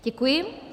Děkuji.